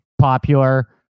popular